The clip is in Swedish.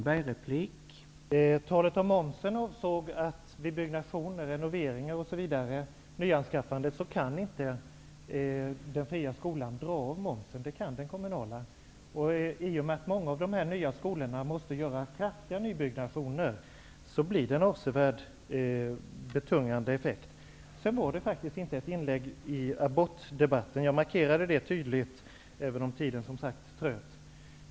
Herr talman! Med talet om momsen avsåg jag att vid byggnation, renoveringar, nyanskaffande osv. kan inte den fria skolan dra av momsen. Det kan däremot den kommunala skolan göra. I och med att många av de nya skolorna måste göra kraftiga nybyggnationer får momsen en avsevärt betungande effekt. Sedan var det faktiskt inte ett inlägg i abortdebatten jag gjorde. Jag markerade det tydligt, även om tiden som sagt tröt.